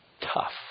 tough